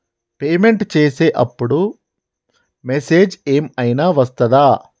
Payment చేసే అప్పుడు message ఏం ఐనా వస్తదా?